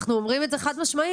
אנחנו אומרים את זה חד משמעית.